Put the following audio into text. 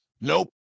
Nope